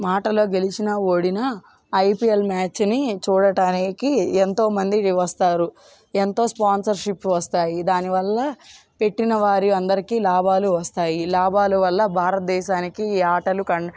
ఆటలో గెలిచిన ఓడిన ఐపీఎల్ మ్యాచ్ని చూడడానికి ఎంతోమంది వస్తారు ఎంతో స్పాన్సర్షిప్ వస్తాయి దానివల్ల పెట్టిన వారి అందరికీ లాభాలు వస్తాయి లాభాలు వల్ల భారతదేశానికి ఈ ఆటలు క